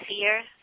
fear